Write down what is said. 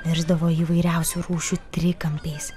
virsdavo įvairiausių rūšių trikampiais